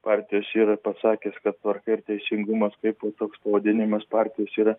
partijos yra pasakęs kad tvarka ir teisingumas kaip po toks pavadinimas partijos yra